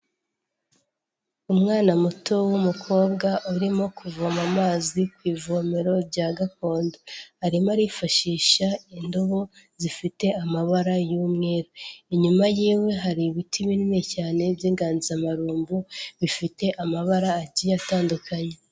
Umwana muto w'umukobwa urimo kuvoma amazi ku ivomero rya gakondo, arimo arifashisha indobo zifite amabara y'umweru, inyuma yiwe hari ibiti binini cyane by'inganzamarumbu bifite amabara agiye atandukanye.